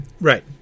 Right